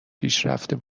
پیشرفت